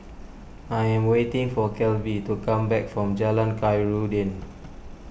I am waiting for Kelby to come back from Jalan Khairuddin